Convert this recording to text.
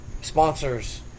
sponsors